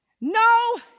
No